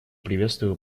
приветствую